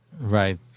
Right